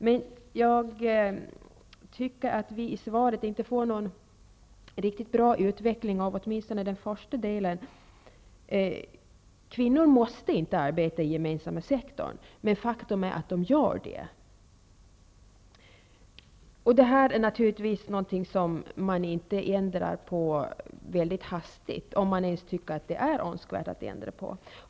Men jag tycker att vi i svaret inte får någon riktigt bra utveckling av den första delen. Kvinnor måste inte arbeta i den gemensamma sektorn, men faktum är att de gör det. Detta är naturligtvis inte något som man ändrar på mycket hastigt, om man ens tycker att det är önskvärt att ändra på det.